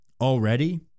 already